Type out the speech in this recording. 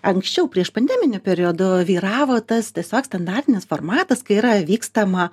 anksčiau priešpandeminiu periodu vyravo tas tiesiog standartinis formatas kai yra vykstama